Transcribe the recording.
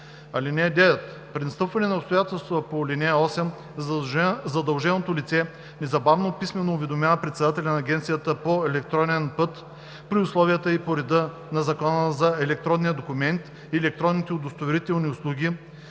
(9) При настъпване на обстоятелствата по ал. 8 задълженото лице незабавно писмено уведомява председателя на агенцията по електронен път при условията и по реда на Закона за електронния документ и електронните удостоверителни услуги